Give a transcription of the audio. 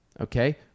Okay